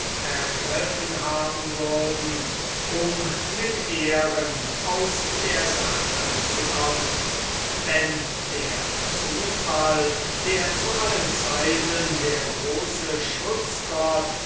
ergriffen haben würden um mit ehren aus der sache zu kommen wenn der zufall der zu allen zeiten der große